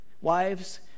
Wives